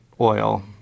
oil